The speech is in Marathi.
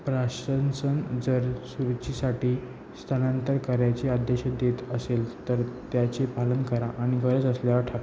प्रशासन जर सुरक्षेसाठी स्थलांतर करायची आदेश देत असेल तर त्याचे पालन करा आणि गरज असल्यावर टा